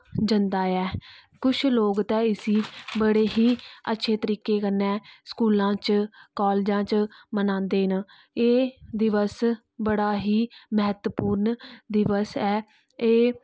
जंदा ऐ कुछ लोक ते इसी बडे़ ही अच्छे तरिके कन्नै स्कूला च काॅलजे च मनांदे ना एह् दिवस बड़ी ही मैहतबपूर्ण दिवस ऐ एह्